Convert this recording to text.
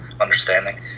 understanding